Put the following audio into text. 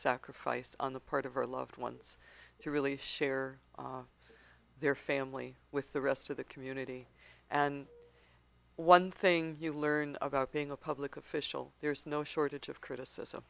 sacrifice on the part of her loved ones to really share their family with the rest of the community and one thing you learn about being a public official there is no shortage of criticism